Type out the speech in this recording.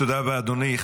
תודה רבה, אדוני.